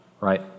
Right